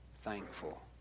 thankful